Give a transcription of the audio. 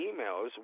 emails